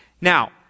Now